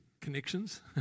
connections